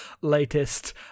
latest